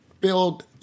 build